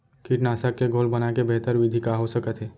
कीटनाशक के घोल बनाए के बेहतर विधि का हो सकत हे?